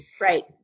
Right